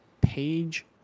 page